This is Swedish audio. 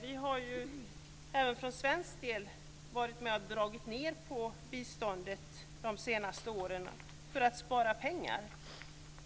Vi har även för svensk del dragit ned på biståndet de senaste åren för att spara pengar.